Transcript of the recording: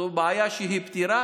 זו בעיה שהיא פתירה.